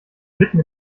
mitten